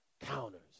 counters